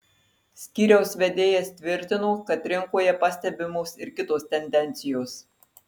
skyriaus vedėjas tvirtino kad rinkoje pastebimos ir kitos tendencijos